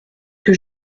que